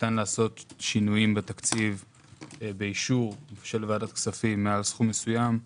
ניתן לעשות שינויים בתקציב באישור ועדת כספים מעל סכום מסוים.